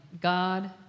God